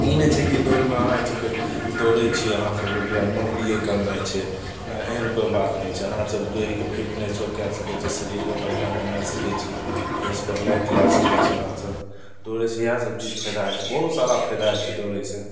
ई नहि छै कि दौड़मे अहाँ सभके दौड़ै छी अहाँ सभके व्य नौकरिए करनाइ छै नहि एहन कोइ बात नहि छै अहाँसभ दौड़िके फिटनेसो कै सकै छी शरीरके बढ़िआँ बनै सकै छी फेसपर लाइट लै सकै छी अहाँसभ दौड़ैसे इएह सबचीज फायदा होइ छै बहुत सारा फायदा होइ छै दौड़ैसे